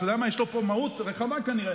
אתה יודע מה, יש לו פה מהות רחבה, כנראה.